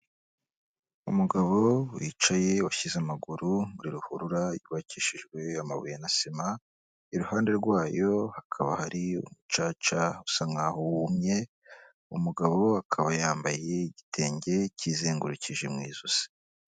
Umugabo wicaye washyize amaguru muri ruhurura, yubakishijwe amabuye na sima, iruhande rwayo hakaba hari umucaca usa nk'aho wumye, umugabo akaba yambaye igitenge kizengurukije mu ijosi.